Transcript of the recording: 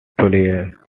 player